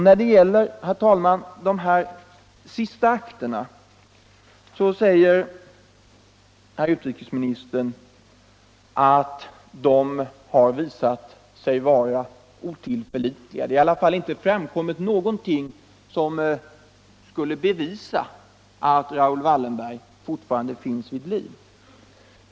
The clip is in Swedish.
När det gäller de sista akterna, herr talman, säger herr utrikesministern att de har visat sig vara otillförlitliga och att det i alla fall inte har framkommit någonting som skulle bevisa att Raoul Wallenberg fortfarande är vid liv.